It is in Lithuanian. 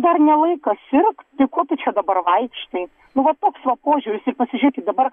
dar ne laikas sirgt tai ko tu čia dabar vaikštai nu va toks va požiūris ir pasižiūrėkit dabar